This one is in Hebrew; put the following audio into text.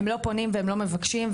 הם לא פונים ולא מבקשים,